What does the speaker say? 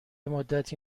مدتی